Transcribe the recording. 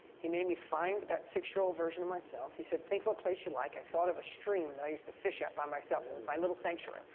he made me find that six year old version of myself. he said, think of a place you like. i thought of a stream that i used to fish at by myself and it was my little sanctuary.